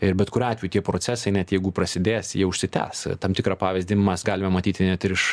ir bet kuriuo atveju tie procesai net jeigu prasidės jie užsitęs tam tikrą pavyzdį mes galime matyti net ir iš